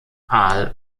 aal